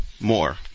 more